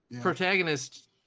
protagonist